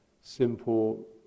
simple